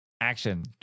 Action